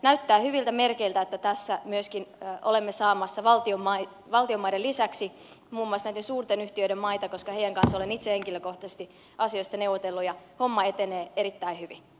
näyttää hyviltä merkeiltä että tässä myöskin olemme saamassa valtionmaiden lisäksi muun muassa näiden suurten yhtiöiden maita koska heidän kanssaan olen itse henkilökohtaisesti asioista neuvotellut ja homma etenee erittäin hyvin